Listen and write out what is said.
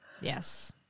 Yes